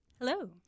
Hello